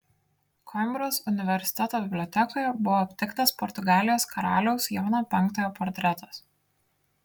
koimbros universiteto bibliotekoje buvo aptiktas portugalijos karaliaus jono penktojo portretas